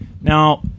Now